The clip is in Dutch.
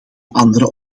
andere